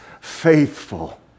faithful